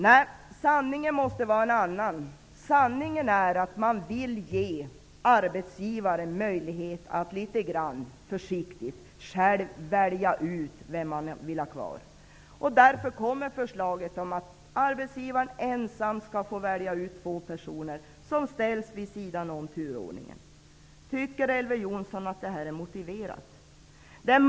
Nej, sanningen måste vara en annan! Sanningen är att man vill ge arbetsgivaren möjlighet att litet försiktigt själv välja ut vem som skall vara kvar. Därför kommer förslaget om att arbetsgivaren ensam skall få välja ut vilka två personer som skall ställas vid sidan av när det gäller turordningen. Tycker Elver Jonsson att det här är motiverat?